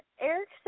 Eric